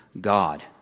God